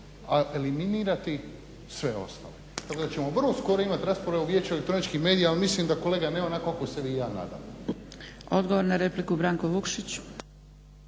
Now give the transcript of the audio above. a eliminirati sve ostale. Tako da ćemo vrlo skoro imat raspravu u Vijeću o elektroničkim medijima, ali mislim da kolega ne onako kako se vi i ja nadamo. **Zgrebec, Dragica